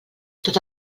tot